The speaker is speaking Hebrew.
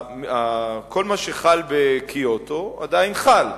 כל מה שחל בקיוטו, עדיין חל.